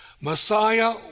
Messiah